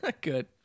Good